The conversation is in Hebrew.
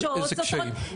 איזה קשיים?